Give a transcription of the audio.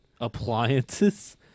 Appliances